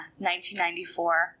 1994